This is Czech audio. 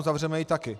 Zavřeme ji taky?